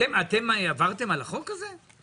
אתם עברתם על החוק הזה?